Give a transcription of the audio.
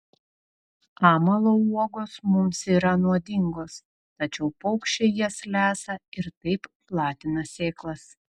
amalo uogos mums yra nuodingos tačiau paukščiai jas lesa ir taip platina sėklas